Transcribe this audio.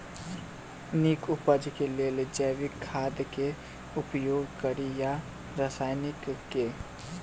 नीक उपज केँ लेल जैविक खाद केँ उपयोग कड़ी या रासायनिक केँ?